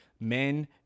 men